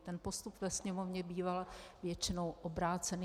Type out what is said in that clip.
Ten postup ve Sněmovně býval většinou obrácený.